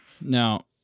Now